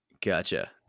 Gotcha